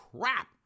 crap